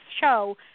show